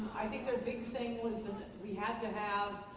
i think their big thing was we had to have